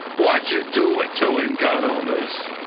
why did you do it to him, gun owners?